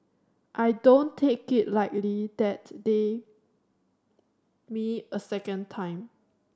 I don't take it lightly that they me a second time